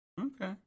Okay